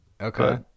Okay